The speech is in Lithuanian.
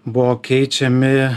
buvo keičiami